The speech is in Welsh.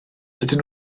dydyn